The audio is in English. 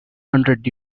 hundred